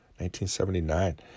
1979